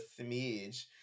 smidge